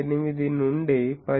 8 నుండి 17